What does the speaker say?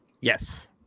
Yes